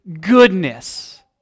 goodness